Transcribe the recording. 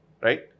right